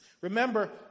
Remember